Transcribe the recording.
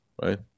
right